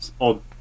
odd